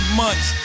months